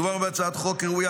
מדובר בהצעת חוק ראויה,